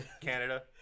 Canada